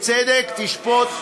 "בצדק תשפֹט"